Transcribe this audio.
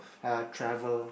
how I travel